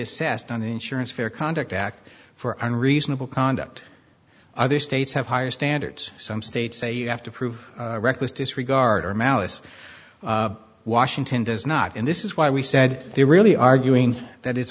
assessed on insurance fair conduct act for unreasonable conduct other states have higher standards some states say you have to prove reckless disregard or malice washington does not and this is why we said they really arguing that it's